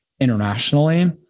internationally